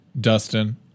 Dustin